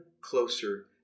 closer